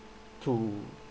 to